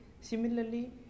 similarly